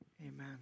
Amen